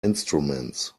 instruments